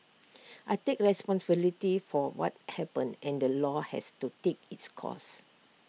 I take responsibility for what happened and the law has to take its course